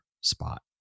spot